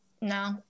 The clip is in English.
No